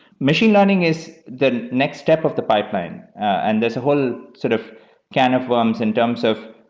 machine learning is the next step of the pipeline, and there's a whole sort of can of worms in terms of